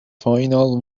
final